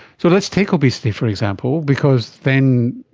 so let's take obesity, for example, because then,